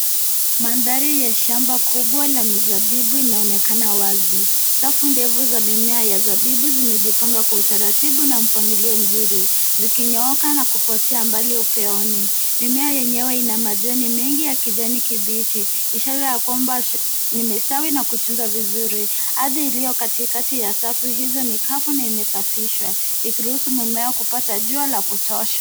Mandhari ya shamba kubwa la mizabibu inaonekana wazi. Safu ndefu za mimea ya zabibu imejipanga kwa utaratibu na mpangilio mzuri zikinyooka na kupote mbali upeoni. Mimea yenyewe ina majani mengi ya kijani kibichi ishara ya kwamba limestawi na kutunzwa vizuri. Ardhi iliyo katikati ya safu hizo ni kavu na imesafishwa ikiruhusu mimea kupata jua la kutosha.